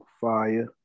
fire